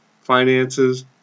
finances